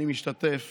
אני משתתף